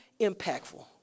impactful